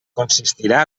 consistirà